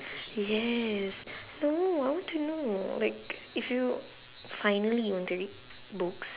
yes no I want to know like if you finally you want to read books